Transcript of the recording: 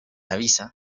avisa